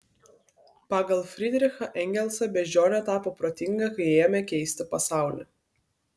pagal fridrichą engelsą beždžionė tapo protinga kai ėmė keisti pasaulį